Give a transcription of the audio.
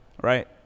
Right